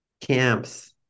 camps